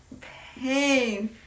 pain